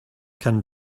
can